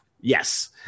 yes